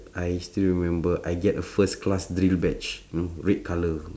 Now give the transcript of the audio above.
I still remember I get a first class drill badge you know red color